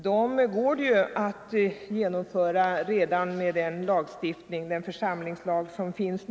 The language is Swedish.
7 november 1974 Detta går att genomföra redan med den församlingslag som nu finns.